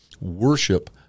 worship